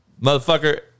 Motherfucker